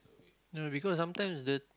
no because sometimes the